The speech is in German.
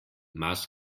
maß